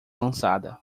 lançada